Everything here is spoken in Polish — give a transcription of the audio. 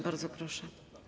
Bardzo proszę.